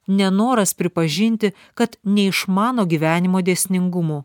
nenoras pripažinti kad neišmano gyvenimo dėsningumų